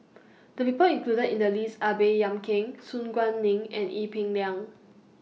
The People included in The list Are Baey Yam Keng Su Guaning and Ee Peng Liang